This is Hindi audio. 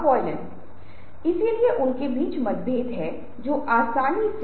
ताकि आपके इनपुट में जुड़ जाए